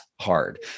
hard